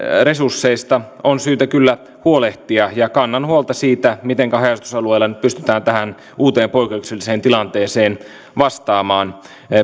resursseista on syytä kyllä huolehtia ja kannan huolta siitä mitenkä haja asutusalueilla nyt pystytään tähän uuteen poikkeukselliseen tilanteeseen vastaamaan